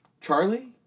Charlie